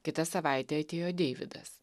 kitą savaitę atėjo deividas